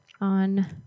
on